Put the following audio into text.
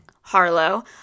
Harlow